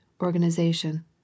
organization